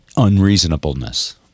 unreasonableness